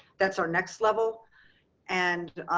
that's our next level and